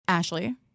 Ashley